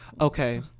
okay